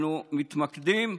אנחנו מתמקדים,